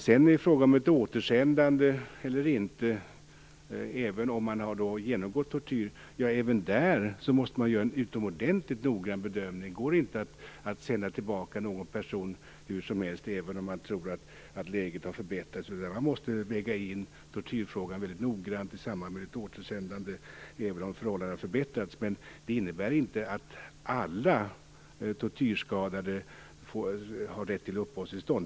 Sedan till frågan om återsändande eller inte även om man har genomgått tortyr. Även där måste man göra en utomordentligt noggrann bedömning. Det går inte att sända tillbaka en person hur som helst även om man tror att läget har förbättrats. Man måste väga in tortyrfrågan väldigt noggrant i samband med ett återsändande även om förhållandena har förbättrats. Men det innebär inte att alla tortyrskadade har rätt till uppehållstillstånd.